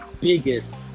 biggest